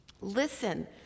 Listen